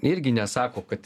irgi nesako kad